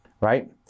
right